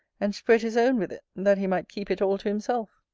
and spread his own with it, that he might keep it all to himself.